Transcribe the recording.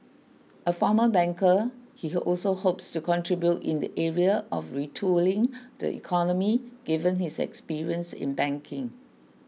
a former banker he also hopes to contribute in the area of retooling the economy given his experience in banking